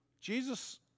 Jesus